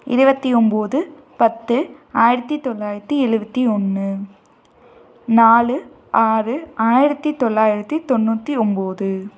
இருபத்தி ஒம்பது பத்து ஆயிரத்தி தொள்ளாயிரத்தி எழுபத்தி ஒன்று நாலு ஆறு ஆயிரத்தி தொள்ளாயிரத்தி தொண்ணூற்றி ஒம்பது